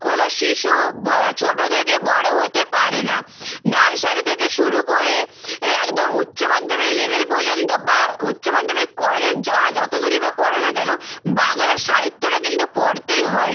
কোনো শিশু ব ছোটো থেকে বড়ো হতে পারে না নার্সারি থেকে শুরু করে এ একদম উচ্চমাধ্যমিক লেবেল পর্যন্ত বা উচ্চমাধ্যমিক কলেজ যা যতো দূরই বা পড়ো না কেন বাংলা সাহিত্যটা কিন্তু পড়তেই হয়